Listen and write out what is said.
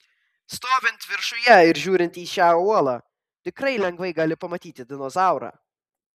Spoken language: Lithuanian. stovint viršuje ir žiūrint į šią uolą tikrai lengvai gali pamatyti dinozaurą